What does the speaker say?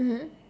mmhmm